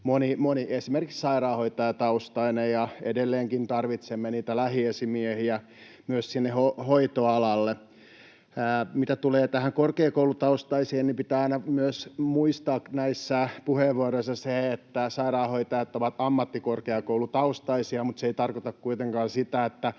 moni esimerkiksi sairaanhoitajataustainen, ja edelleenkin tarvitsemme niitä lähiesimiehiä myös sinne hoitoalalle. Mitä tulee tähän korkeakoulutaustaan, niin pitää aina myös muistaa näissä puheenvuoroissa se, että sairaanhoitajat ovat ammattikorkeakoulutaustaisia, mutta se ei tarkoita kuitenkaan sitä, että